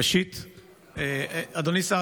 אדוני שר